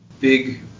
big